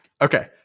Okay